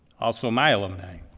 also my alumni.